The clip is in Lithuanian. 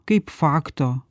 kaip fakto